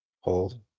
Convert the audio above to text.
Hold